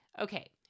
okay